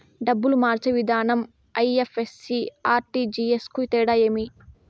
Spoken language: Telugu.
డబ్బులు మార్చే విధానం ఐ.ఎఫ్.ఎస్.సి, ఆర్.టి.జి.ఎస్ కు తేడా ఏమి?